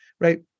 right